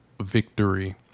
victory